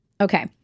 Okay